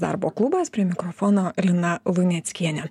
darbo klubas prie mikrofono lina luneckienė